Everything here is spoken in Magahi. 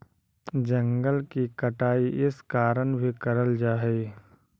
जंगल की कटाई इस कारण भी करल जा हई